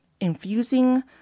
infusing